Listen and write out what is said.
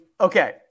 Okay